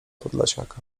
podlasiaka